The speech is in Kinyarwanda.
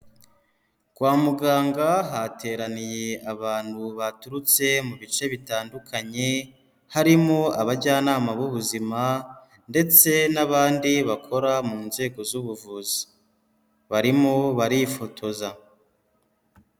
Kwa muganga hateraniye abantu baturutse mu bice bitandukanye, harimo abajyanama b'ubuzima ndetse n'abandi bakora mu nzego z'ubuvuzi, barimo barifotoza.